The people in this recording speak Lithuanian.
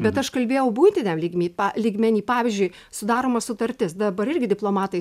bet aš kalbėjau buitiniam lygmy pa lygmeny pavyzdžiui sudaroma sutartis dabar irgi diplomatai